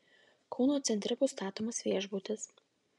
kauno centre bus statomas viešbutis